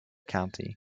county